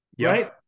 Right